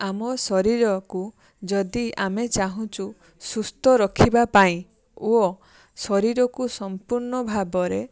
ଆମ ଶରୀରକୁ ଯଦି ଆମେ ଚାହୁଁଛୁ ସୁସ୍ଥ ରଖିବା ପାଇଁ ଓ ଶରୀରକୁ ସମ୍ପୂର୍ଣ୍ଣ ଭାବରେ